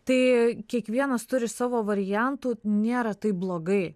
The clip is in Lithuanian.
tai kiekvienas turi savo variantų nėra taip blogai